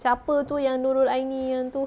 siapa tu yang nurul aini yang tu